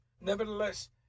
nevertheless